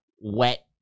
wet